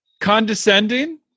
condescending